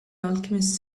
alchemist